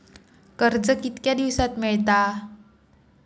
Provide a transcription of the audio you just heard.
कर्ज कितक्या दिवसात मेळता?